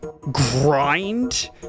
grind